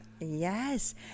Yes